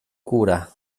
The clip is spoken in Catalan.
cura